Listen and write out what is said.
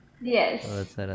Yes